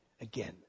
again